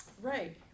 Right